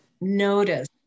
notice